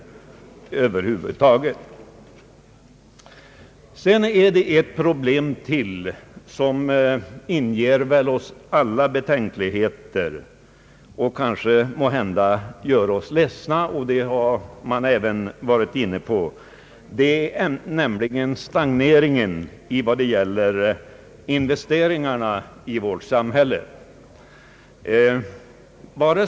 Ett annat problem som inger oss alla betänkligheter och måhända gör oss ledsna är stagneringen av investeringsverksamheten i vårt samhälle. Många talare har redan varit inne på den frågan.